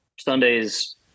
Sundays